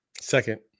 Second